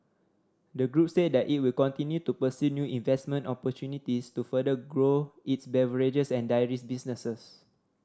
the group said that it will continue to pursue new investment opportunities to further grow its beverages and dairies businesses